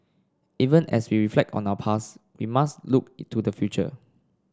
even as we reflect on our past we must look to the future